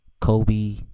Kobe